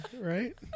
right